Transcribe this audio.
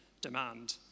demand